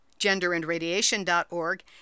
Genderandradiation.org